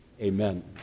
amen